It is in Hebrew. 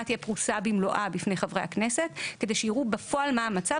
תהיה פרוסה במלואה בפני חברי הכנסת כדי שיראו בפועל מה המצב,